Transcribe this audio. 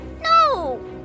No